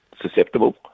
susceptible